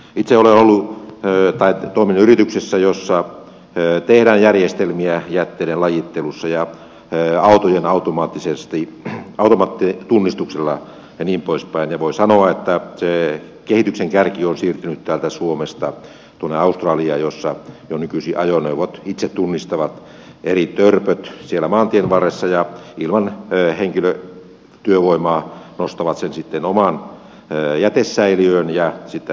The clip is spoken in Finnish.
itse olen toiminut yrityksessä jossa tehdään järjestelmiä jätteiden lajittelussa ja autojen automaattitunnistuksella ja niin poispäin ja voi sanoa että se kehityksen kärki on siirtynyt täältä suomesta tuonne australiaan jossa jo nykyisin ajoneuvot itse tunnistavat eri törpöt siellä maantien varressa ja ilman henkilötyövoimaa nostavat ne sitten omaan jätesäiliöön ja sitten jatkavat matkaa ja niin poispäin